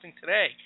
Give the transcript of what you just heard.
today